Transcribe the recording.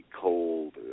cold